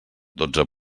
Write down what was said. dotze